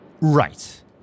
Right